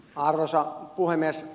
arvoisa puhemies